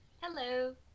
Hello